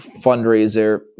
fundraiser